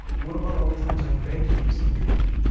and what about all the times i begged you to stop drinking?